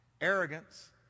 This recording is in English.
arrogance